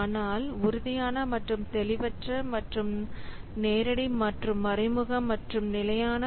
ஆனால் உறுதியான மற்றும் தெளிவற்ற நேரடி மற்றும் மறைமுக மற்றும் நிலையான